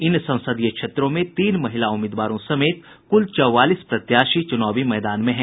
इन संसदीय क्षेत्रों में तीन महिला उम्मीदवारों समेत कुल चौवालीस प्रत्याशी चुनावी मैदान में हैं